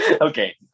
okay